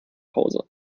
hause